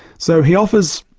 so he offers,